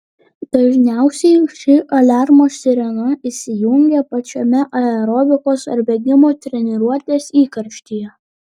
dažniausiai ši aliarmo sirena įsijungia pačiame aerobikos ar bėgimo treniruotės įkarštyje